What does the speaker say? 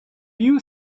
you